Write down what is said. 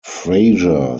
fraser